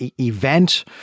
event